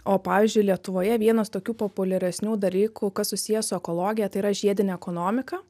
o pavyzdžiui lietuvoje vienas tokių populiaresnių dalykų kas susiję su ekologija tai yra žiedinė ekonomika